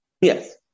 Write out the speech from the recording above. Yes